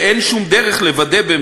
ואין שום דרך לוודא,